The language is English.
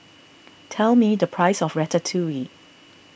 tell me the price of Ratatouille